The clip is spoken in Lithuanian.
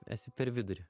esi per vidurį